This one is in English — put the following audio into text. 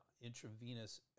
intravenous